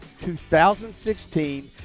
2016